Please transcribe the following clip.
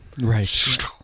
Right